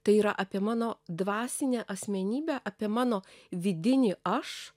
tai yra apie mano dvasinę asmenybę apie mano vidinį aš